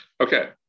Okay